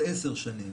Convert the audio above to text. זה עשר שנים.